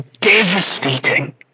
devastating